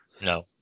no